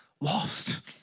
lost